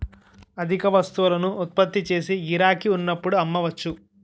అధిక వస్తువులను ఉత్పత్తి చేసి గిరాకీ ఉన్నప్పుడు అమ్మవచ్చు